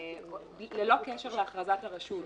ללא קשר להכרזת הרשות.